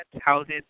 Houses